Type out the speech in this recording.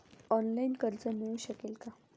Online कर्ज मिळू शकेल का?